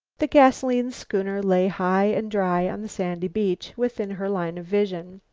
the gasoline schooner lay high and dry on the sandy beach, within her line of vision.